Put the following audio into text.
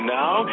now